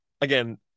again